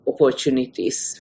opportunities